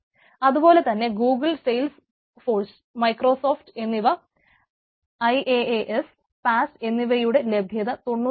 അതുപോലെ തന്നെ Google Salesforce Microsoft എന്നിവ IaaS പാസ് എന്നിവയുടെ ലഭ്യത 99